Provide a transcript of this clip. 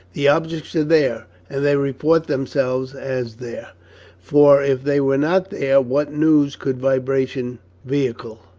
the objects are there, and they report themselves as there for, if they were not there, what news could vibration vehicle?